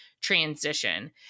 transition